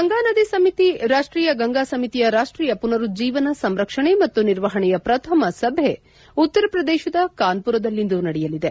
ಗಂಗಾನದಿ ಸಮಿತಿ ರಾಷ್ಟೀಯ ಗಂಗಾ ಸಮಿತಿಯ ರಾಷ್ಟೀಯ ಮನರುಜ್ಜೀವನ ಸಂರಕ್ಷಣೆ ಮತ್ತು ನಿರ್ವಹಣೆಯ ಪ್ರಥಮ ಸಭೆ ಉತ್ತರ ಪ್ರದೇಶದ ಕಾನ್ವರದಲ್ಲಿಂದು ನಡೆಯಲಿದೆ